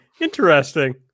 Interesting